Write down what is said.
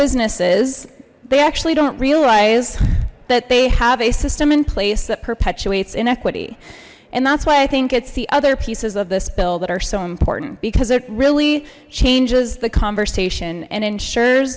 businesses they actually don't realize that they have a system in place that perpetuates inequity and that's why i think it's the other pieces of this bill that are so important because it really changes the conversation and ensure